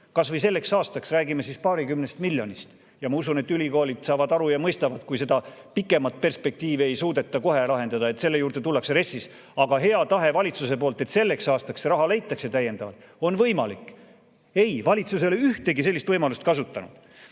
kas või selleks aastaks, räägime siis paarikümnest miljonist. Ma usun, et ülikoolid saavad aru ja mõistavad, kui seda pikemat perspektiivi ei suudeta kohe lahendada, et selle juurde tullakse RES‑is. Aga hea tahe valitsuse poolt, et selleks aastaks see raha leitakse täiendavalt, on võimalik. Ei, valitsus ei ole ühtegi sellist võimalust kasutanud. Ja